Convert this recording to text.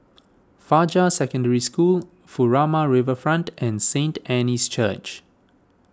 Fajar Secondary School Furama Riverfront and Saint Anne's Church